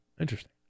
interesting